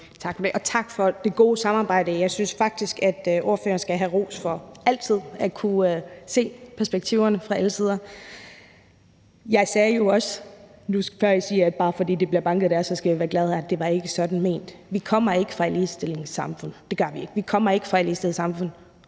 tak for det gode samarbejde. Jeg synes faktisk, at spørgeren skal have ros for altid at kunne se perspektiverne fra alle sider. Jeg sagde jo også til det med, at bare fordi man ikke får bank, skal man være glad, at det ikke var sådan ment. Vi kommer ikke fra et ligestillet samfund eller en ligestillet verden